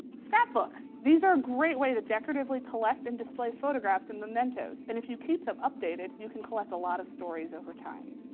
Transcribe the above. scrapbook, these are a great way to decoratively collect and display photographs and mementos. and if you keep them updated, you collect a lot of stories over time.